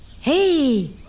Hey